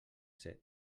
ser